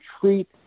treat